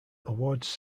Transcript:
awards